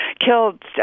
killed